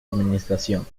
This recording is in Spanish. administración